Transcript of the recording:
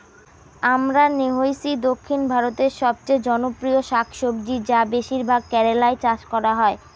আমরান্থেইসি দক্ষিণ ভারতের সবচেয়ে জনপ্রিয় শাকসবজি যা বেশিরভাগ কেরালায় চাষ করা হয়